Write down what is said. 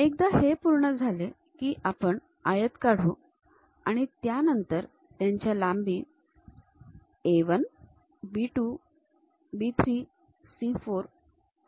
एकदा हे पूर्ण झाले की आपण आयत काढू आणि त्यानंतर त्याच्या लांबी A 1 B 2 B 3 C 4